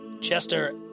Chester